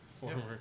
Former